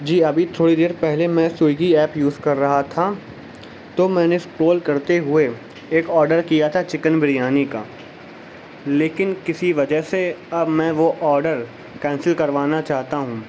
جی ابھی تھوڑی دیر پہلے میں سوئیگی ایپ یوز کر رہا تھا تو میں نے اسکورل کرتے ہوئے ایک آڈر کیا تھا چکن بریانی کا لیکن کسی وجہ سے اب میں وہ آڈر کینسل کروانا چاہتا ہوں